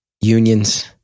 unions